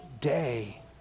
day